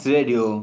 Radio